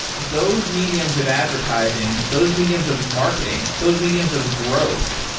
those mediums of advertising, those mediums of marketing, those mediums of growth,